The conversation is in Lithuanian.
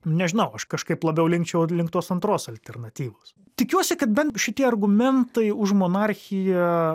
nežinau aš kažkaip labiau linkčiau link tos antros alternatyvos tikiuosi kad bent šitie argumentai už monarchiją